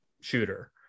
shooter